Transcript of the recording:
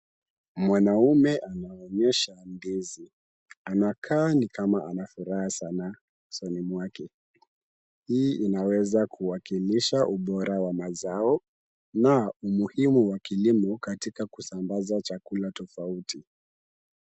Mwanaume anaonyesha ndizi. Anakaa ni kama ana furaha sana usoni mwake. Hii inaweza kuwakilisha ubora wa mazao na umuhimu wa kilimo katika kusambaza chakula tofauti.